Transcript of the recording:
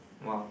!wow!